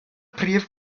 prif